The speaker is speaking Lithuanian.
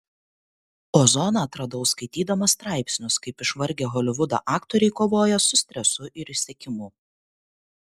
ozoną atradau skaitydamas straipsnius kaip išvargę holivudo aktoriai kovoja su stresu ir išsekimu